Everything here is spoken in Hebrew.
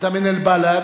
אתה מן אל-בלאד,